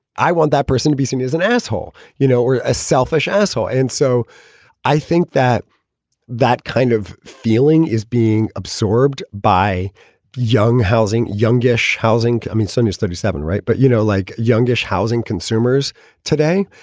i want that person to be seen as an asshole, you know, or a selfish asshole. and so i think that that kind of feeling is being absorbed by young housing, youngish housing. i mean, son is thirty seven, right. but, you know, like youngish housing consumers today.